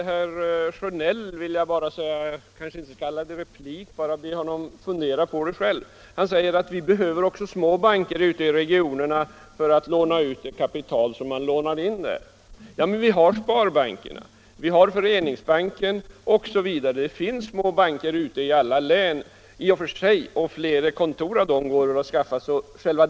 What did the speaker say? Herr talman! Herr Sjönell säger att det behövs små banker ute i regionerna som kan låna ut kapital av det man lånar in. Men det finns ju små banker i alla län, sparbanker, föreningsbanker osv., och det går att upprätta fler kontor.